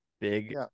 big